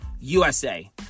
USA